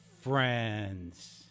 friends